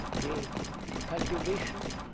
the cultivation